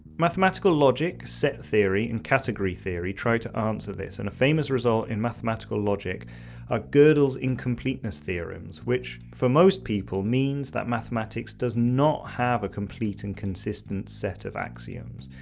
mathematical logic, set theory and category theory try to answer this and a famous result in mathematical logic are ah godel's incompleteness theorems which, for most people, means that mathematics does not have a complete and consistent set of axioms,